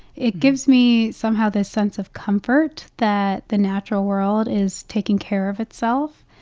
it gives me, somehow, this sense of comfort that the natural world is taking care of itself,